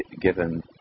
given